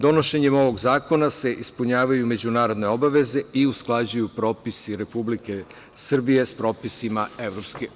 Donošenjem ovog zakona se ispunjavaju međunarodne obaveze i usklađuju propisi Republike Srbije sa propisima EU.